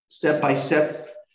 step-by-step